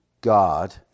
God